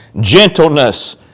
gentleness